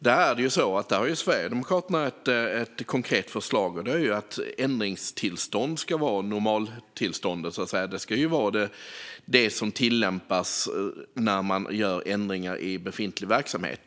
Där har ju Sverigedemokraterna ett konkret förslag, nämligen att ändringstillstånd så att säga ska vara normaltillståndet. Det ska vara det som tillämpas när man gör ändringar i befintlig verksamhet.